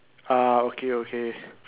ah okay okay